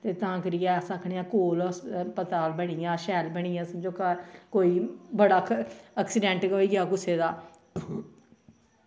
ते तां करियै अस आखने आं कोल ऐ अस्पताल बनी गेआ शैल बनी गेआ समझो घर कोई बड़ा ऐक्सीडेंट गै होई जा कुसै दा